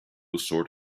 sort